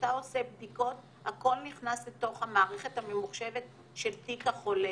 כשאתה עושה בדיקות הכול נכנס לתוך המערכת הממוחשבת של תיק החולה.